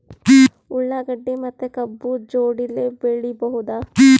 ಉಳ್ಳಾಗಡ್ಡಿ ಮತ್ತೆ ಕಬ್ಬು ಜೋಡಿಲೆ ಬೆಳಿ ಬಹುದಾ?